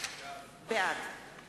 בעד